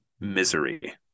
misery